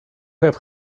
have